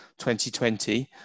2020